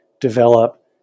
develop